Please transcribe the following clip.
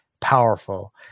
powerful